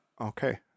Okay